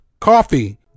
coffee